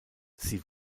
sie